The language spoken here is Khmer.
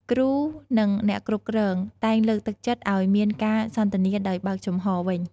គ្រូ និងអ្នកគ្រប់គ្រងតែងលើកទឹកចិត្តឲ្យមានការសន្ទនាដោយបើកចំហវិញ។